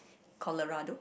Colorado